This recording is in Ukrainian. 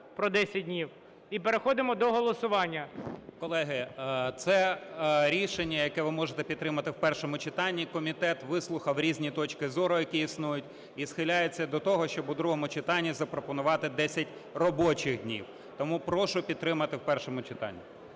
Колеги, це рішення, яке ви можете підтримати в першому читанні. Комітет вислухав різні точки зору, які існують. І схиляється до того, щоб у другому читанні запропонувати 10 робочих днів. Тому прошу підтримати в першому читанні.